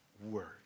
Word